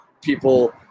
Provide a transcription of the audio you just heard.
people